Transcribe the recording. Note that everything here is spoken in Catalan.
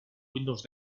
windows